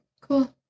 Cool